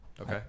Okay